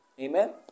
Amen